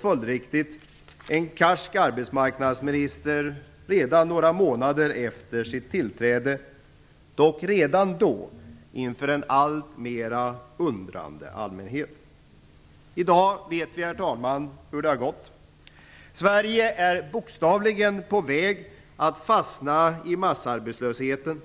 följdriktigt också en karsk arbetsmarknadsminister redan några månader efter sitt tillträde - dock, redan då, inför en alltmer undrande allmänhet. Herr talman! I dag vet vi hur det har gått. Sverige är bokstavligen på väg att fastna i massarbetslösheten.